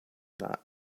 not